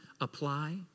apply